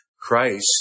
Christ